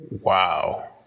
Wow